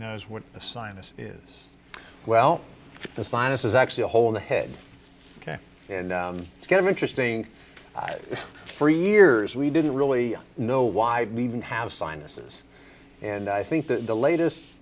knows what a sinus is well the sinus is actually a hole in the head and it's kind of interesting for years we didn't really know why we even have sinuses and i think that the latest